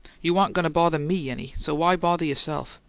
you aren't goin' to bother me any, so why bother yourself?